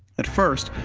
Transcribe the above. at first,